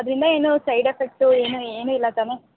ಅದರಿಂದ ಏನೂ side effects ಏನೂ ಏನೂ ಇಲ್ಲ ತಾನೆ